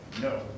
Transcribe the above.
No